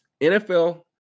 NFL